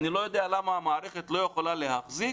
אני לא יודע למה המערכת לא יכולה להחזיק